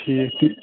ٹھیٖک